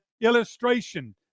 illustration